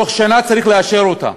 תוך שנה צריך לאשר אותה,